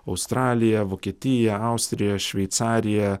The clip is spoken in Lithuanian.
australija vokietija austrija šveicarija